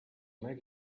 make